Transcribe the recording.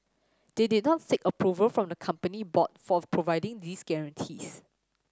they did not seek approval from the company board for providing these guarantees